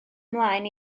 mlaen